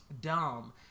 dumb